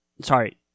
Sorry